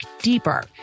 deeper